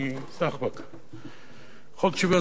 אני מתכבד להביא בפניכם את הצעת חוק שוויון